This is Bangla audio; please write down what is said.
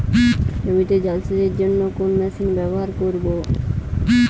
জমিতে জল সেচের জন্য কোন মেশিন ব্যবহার করব?